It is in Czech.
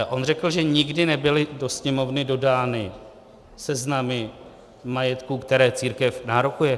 On řekl, že nikdy nebyly do Sněmovny dodány seznamy majetku, který církev nárokuje.